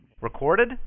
Recorded